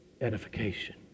edification